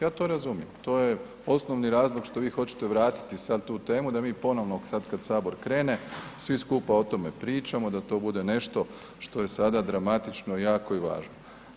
Ja to razumijem, to je osnovni razlog što vi hoćete vratiti sad tu temu da mi ponovno sad kad Sabor krene sve skupa o tome pričamo, da to bude nešto što je sada dramatično, jako i važno.